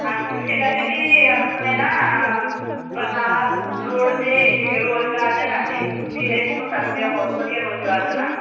ਹਾਂਜੀ ਬਠਿੰਡਾ ਸਿਟੀ ਆਪਣੇ ਨਾ ਬਰਨਾਲਾ ਰੋਡ 'ਤੇ ਇੱਕ ਰੋਜ਼ ਗਾਰਡਨ ਆ ਜੀ ਤੁਸੀਂ ਇਹ ਘੁੰਮ ਸਕਦੇ ਆ ਬਹੁਤ ਵਧੀਆ ਰੋਜ ਗਾਰਡਨ ਆ